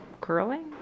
Curling